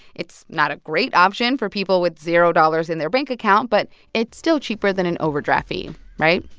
it's not a great option for people with zero dollars in their bank account, but it's still cheaper than an overdraft fee right?